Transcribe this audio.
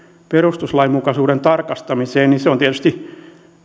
perustuslainmukaisuuden tarkastamiseen se on tietysti